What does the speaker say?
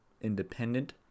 independent